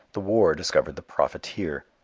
the war discovered the profiteer.